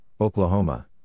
Oklahoma